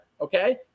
okay